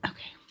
Okay